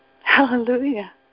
Hallelujah